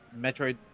Metroid